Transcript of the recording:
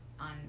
on